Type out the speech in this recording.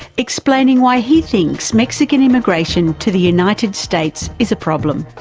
explaining why he thinks mexican immigration to the united states is a problem.